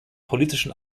politischen